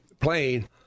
plane